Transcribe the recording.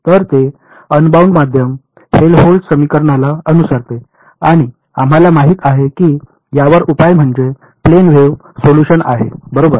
तर हे अनबाउंड माध्यम हेल्महोल्टझ समीकरणला अनुसरते आणि आम्हाला माहित आहे की यावर उपाय म्हणजे प्लेन वेव्ह सोल्यूशन आहे बरोबर